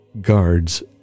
guards